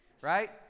Right